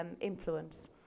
influence